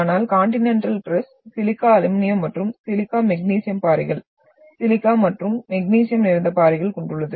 ஆனால் continental crust silica aluminium மற்றும் silica magnesium பாறைகள் சிலிக்கா மற்றும் மெக்னீசியம் நிறைந்த பாறைகள் கொண்டுள்ளது